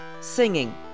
singing